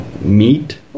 meat